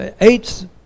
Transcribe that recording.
Eight's